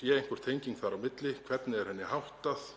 Sé einhver tenging þar á milli, hvernig er henni háttað?